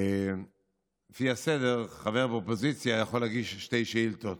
לפי הסדר, חבר אופוזיציה יכול להגיש שתי שאילתות,